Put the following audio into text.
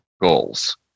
goals